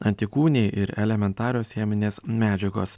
antikūniai ir elementarios cheminės medžiagos